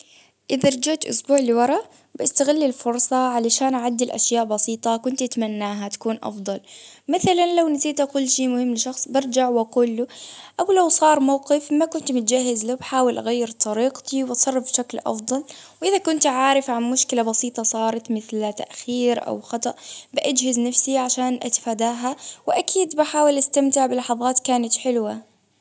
إذا رجعت إسبوع لورا، بستغل الفرصة علشان أعدل أشياء بسيطة كنت أتمناها تكون أفضل، مثلا لو نسيت أقول شي مهم، شخص برجع وأقول له أو لو صار موقف ما كنت بتجهز له بحاول أغير طريقتي، وأقرب بشكل أفضل، وأذا كنت عارف عن مشكلة بسيطة صارت مثل تأثير أو بقت جهد نفسي عشان أتفاداها، وأكيد بحاول أستمتع بلحظات كانت حلوة.